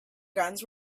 guns